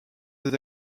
des